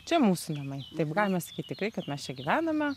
čia mūsų namai taip galima sakyt tikrai kad mes čia gyvename